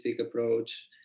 approach